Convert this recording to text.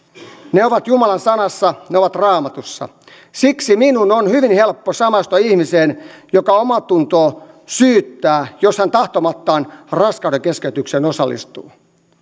ne ovat jumalan sanassa ne ovat raamatussa siksi minun on hyvin helppo samaistua ihmiseen jota omatunto syyttää jos hän tahtomattaan raskaudenkeskeytykseen osallistuu